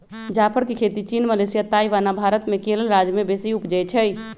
जाफर के खेती चीन, मलेशिया, ताइवान आ भारत मे केरल राज्य में बेशी उपजै छइ